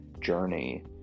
journey